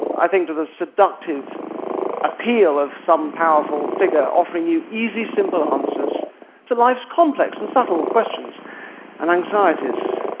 i think, to the seductive appeal of some powerful figure offering you easy, simple answers to life's complex and subtle questions and anxieties.